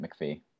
McPhee